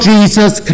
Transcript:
Jesus